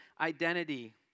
identity